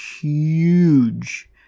huge